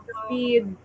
speed